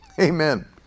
Amen